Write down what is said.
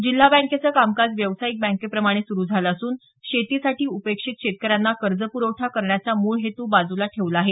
जिल्हा बँकेचे कामकाज व्यावसायिक बँकाप्रमाणे सुरू झालं असून शेतीसाठी उपेक्षित शेतकऱ्यांना कर्जपुरवठा करण्याचा मूळ हेतू बाजूला ठेवला आहे